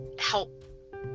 help